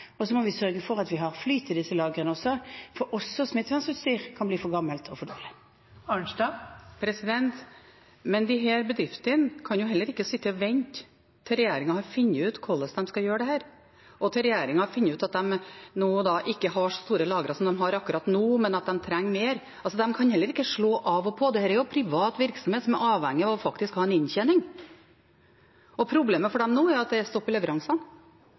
Så må vi også sørge for at vi har flyt i disse lagrene, for også smittevernutstyr kan bli for gammelt og for dårlig. Men disse bedriftene kan jo heller ikke sitte og vente til regjeringen har funnet ut hvordan de skal gjøre dette, og til regjeringen har funnet ut at de ikke har så store lagre som de har akkurat nå, men at de trenger mer. De kan heller ikke slå av og på. Dette er privat virksomhet som er avhengig av faktisk å ha en inntjening, og problemet for dem nå er at det er stopp i leveransene.